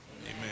Amen